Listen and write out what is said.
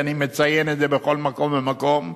ואני מציין את זה בכל מקום ומקום.